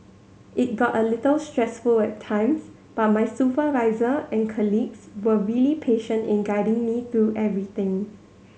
it got a little stressful at times but my supervisor and colleagues were really patient in guiding me through everything